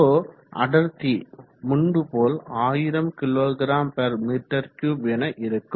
Ρ அடர்த்தி முன்பு போல் 1000 kgm3 என இருக்கும்